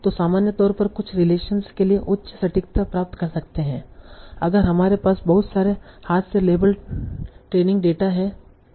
तो सामान्य तौर पर कुछ रिलेशन के लिए उच्च सटीकता प्राप्त कर सकते है अगर हमारे पास बहुत सारे हाथ से लेबल ट्रेनिंग डेटा है तों